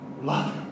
love